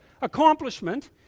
accomplishment